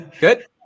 good